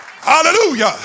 Hallelujah